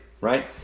right